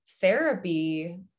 therapy